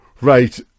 Right